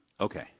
Okay